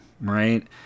right